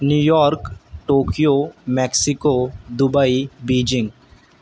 New York Tokyo Mexico Dubai Beijing